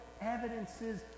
evidences